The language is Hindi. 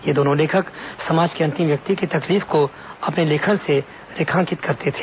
ये दोनों लेखक समाज के अंतिम व्यक्ति की तकलीफ को अपने लेखन से रेखांकित करते थे